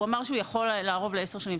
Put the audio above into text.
הוא יכול לערוב ל-10 שנים.